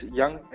young